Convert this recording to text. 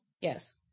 Yes